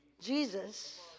Jesus